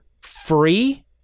free